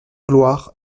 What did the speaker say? gloire